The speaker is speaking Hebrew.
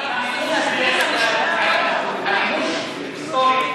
אנחנו מאמינים לכם, אבל, היסטורית,